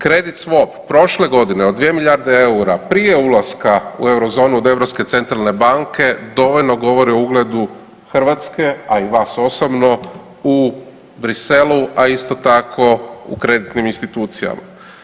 Kredit swap prošle godine od 2 milijarde EUR-a prije ulaska u eurozonu od Europske centralne banke dovoljno govore o ugledu Hrvatske, a i vas osobno u Bruxellesu, a isto tako u kreditnim institucijama.